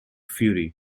fury